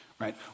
right